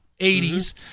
80s